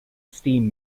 steam